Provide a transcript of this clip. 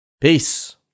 Peace